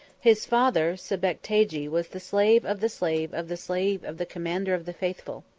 his father sebectagi was the slave of the slave of the slave of the commander of the faithful.